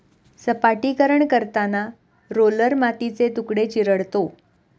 सपाटीकरण करताना रोलर मातीचे तुकडे चिरडतो